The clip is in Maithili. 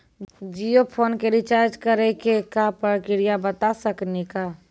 जियो फोन के रिचार्ज करे के का प्रक्रिया बता साकिनी का?